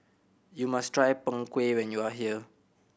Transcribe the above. you must try Png Kueh when you are here